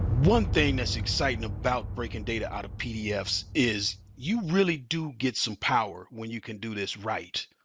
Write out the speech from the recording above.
one thing that's exciting about breaking data out of pdfs is you really do get some power when you can do this right.